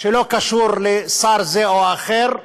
שלא קשור לשר כזה או אחר,